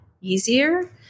easier